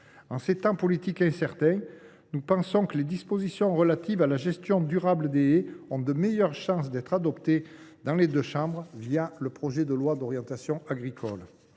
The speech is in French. En ces temps politiques incertains, nous pensons que les dispositions relatives à la gestion durable des haies ont de meilleures chances d’être adoptées dans les deux chambres par le biais du projet de loi d’orientation agricole.